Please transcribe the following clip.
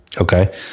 Okay